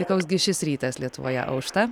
tai koks gi šis rytas lietuvoje aušta